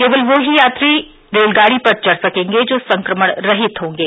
केवल वे यात्री ही रेलगाड़ी पर चढ़ सकेंगे जो संक्रमण रहित होंगे